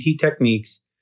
Techniques